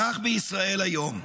כך בישראל היום: